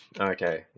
Okay